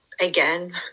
again